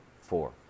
Four